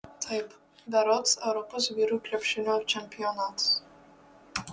taip berods europos vyrų krepšinio čempionatas